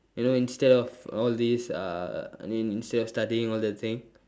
you know instead of all these uh I mean instead of studying all that thing